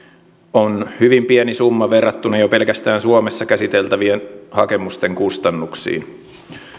on hyvin pieni summa verrattuna jo pelkästään suomessa käsiteltävien hakemusten kustannuksiin